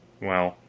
well,